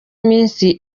iminsi